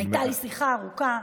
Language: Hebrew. הייתה לי שיחה ארוכה,